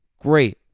Great